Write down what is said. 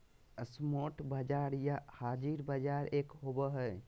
spot बाजार या हाज़िर बाजार एक होबो हइ